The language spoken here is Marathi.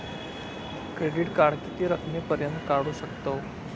क्रेडिट कार्ड किती रकमेपर्यंत काढू शकतव?